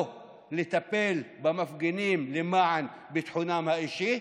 לא לטפל במפגינים למען ביטחונם האישי,